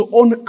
own